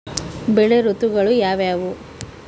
ಬೆಳೆ ಋತುಗಳು ಯಾವ್ಯಾವು?